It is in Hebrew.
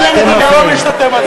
גברתי, נא להמשיך בהצבעה.